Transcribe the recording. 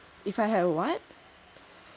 if I had a what